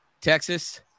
Texas